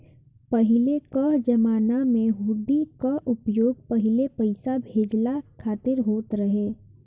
पहिले कअ जमाना में हुंडी कअ उपयोग पहिले पईसा भेजला खातिर होत रहे